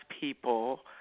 people